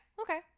okay